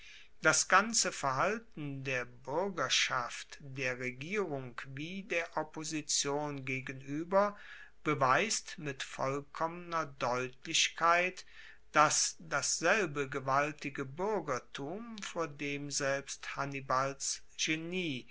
das ganze verhalten der buergerschaft der regierung wie der opposition gegenueber beweist mit vollkommener deutlichkeit dass dasselbe gewaltige buergertum vor dem selbst hannibals genie